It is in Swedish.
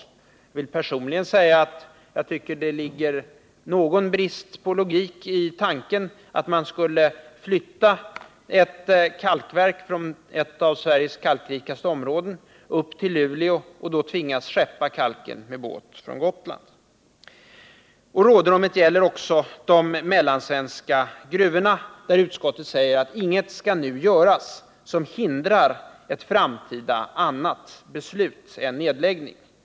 Jag vill personligen säga att jag tycker att det ligger någon brist på logik i tanken att man skulle flytta ett kalkverk från ett av Sveriges kalkrikaste områden upp till Luleå och då tvingas skeppa kalk med båt från Gotland. Rådrummet gäller också de mellansvenska gruvorna, där utskottet säger att ingenting nu skall göras som hindrar ett framtida annat beslut än nedläggning.